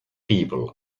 people